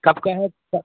कब का है आपका